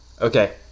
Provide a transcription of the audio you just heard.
Okay